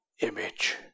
image